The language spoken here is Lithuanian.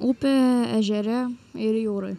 upėje ežere ir jūroj